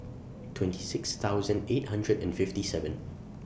twenty six thousand eight hundred and fifty seven